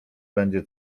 będzie